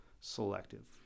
selective